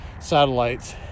satellites